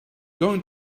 going